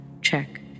check